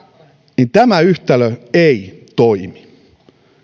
tämä yhtälö ei toimi